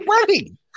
wedding